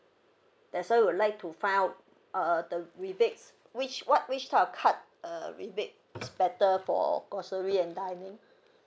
that's why would like to find out uh the rebates which what which type of card uh rebate is better for grocery and dining